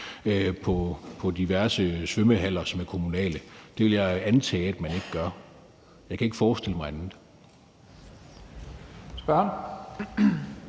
i diverse svømmehaller, som er kommunale. Det vil jeg antage at de ikke gør. Jeg kan ikke forestille mig andet.